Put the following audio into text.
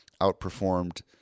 outperformed